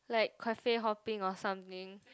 like cafe hopping or something